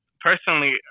personally